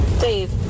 Dave